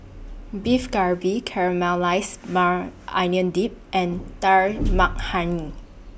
Beef Galbi Caramelized Maui Onion Dip and Dal Makhani